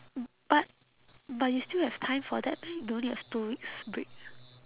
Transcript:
but but you still have time for that meh don't you have two weeks break